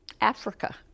Africa